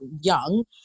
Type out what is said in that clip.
young